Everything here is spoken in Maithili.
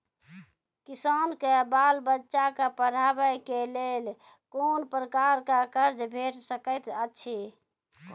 किसानक बाल बच्चाक पढ़वाक लेल कून प्रकारक कर्ज भेट सकैत अछि?